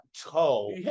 toe